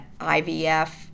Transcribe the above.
IVF